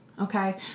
okay